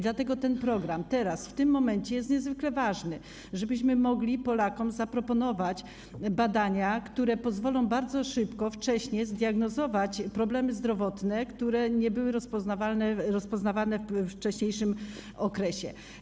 Dlatego ten program teraz, w tym momencie jest niezwykle ważny, żebyśmy mogli Polakom zaproponować badania, które pozwolą bardzo szybko, wcześnie zdiagnozować problemy zdrowotne, które nie były rozpoznawane we wcześniejszym okresie.